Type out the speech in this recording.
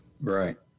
Right